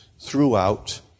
throughout